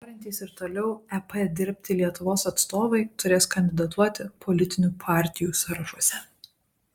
norintys ir toliau ep dirbti lietuvos atstovai turės kandidatuoti politinių partijų sąrašuose